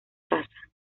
casa